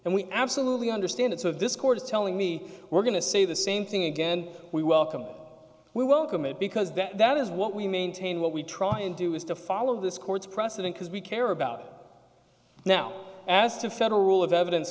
and we absolutely understand it so this court is telling me we're going to say the same thing again we welcome we welcome it because that is what we maintain what we try and do is to follow this court's precedent because we care about now as to federal rule of evidence